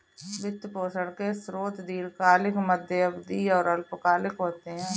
वित्त पोषण के स्रोत दीर्घकालिक, मध्य अवधी तथा अल्पकालिक होते हैं